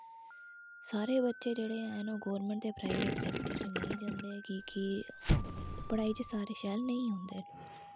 सारे बच्चे जेह्ड़े हैन ओह् गोरमैंट ते पराईबेट सैक्टर च नेईं जंदे की कि पड़ाई च सारे शैल नेईं होंदे